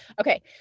Okay